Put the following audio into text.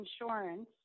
insurance